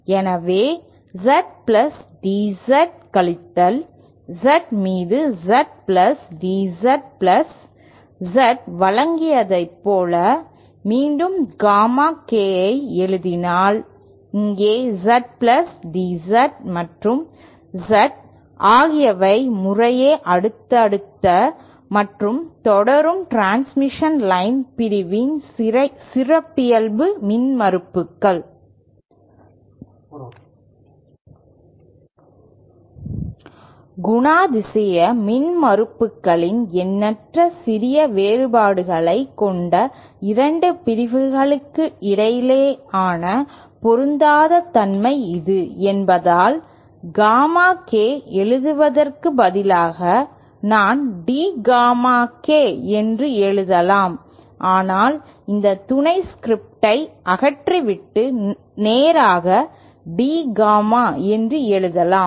எனவே Z plus DZ கழித்தல் Z மீது Z plus DZ plus Z வழங்கியதைப் போல மீண்டும் காமா K ஐ எழுதினால் இங்கே Z பிளஸ் DZ மற்றும் Z ஆகியவை முறையே அடுத்தடுத்த மற்றும் தொடரும் டிரான்ஸ்மிஷன் லைன் பிரிவின் சிறப்பியல்பு மின்மறுப்புகள் குணாதிசய மின்மறுப்புகளில் எண்ணற்ற சிறிய வேறுபாடுகளைக் கொண்ட இரண்டு பிரிவுகளுக்கிடையேயான பொருந்தாத தன்மை இது என்பதால் காமா K எழுதுவதற்கு பதிலாக நான் D காமா K என்று எழுதலாம் அல்லது இந்த துணை ஸ்கிரிப்டை அகற்றிவிட்டு நேராக D காமா என்று எழுதலாம்